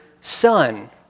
son